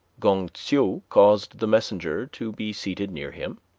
khoung-tseu caused the messenger to be seated near him,